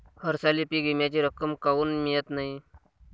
हरसाली पीक विम्याची रक्कम काऊन मियत नाई?